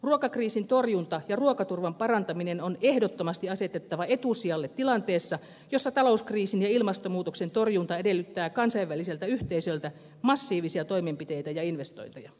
ruokakriisin torjunta ja ruokaturvan parantaminen on ehdottomasti asetettava etusijalle tilanteessa jossa talouskriisin ja ilmastonmuutoksen torjunta edellyttää kansainväliseltä yhteisöltä massiivisia toimenpiteitä ja investointeja